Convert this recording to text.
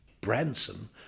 Branson